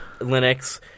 Linux